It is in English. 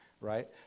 right